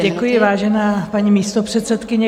Děkuji, vážená paní místopředsedkyně.